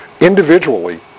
Individually